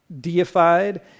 deified